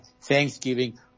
Thanksgiving